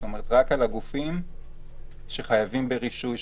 זאת אומרת שחייבים ברישוי,